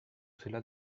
cela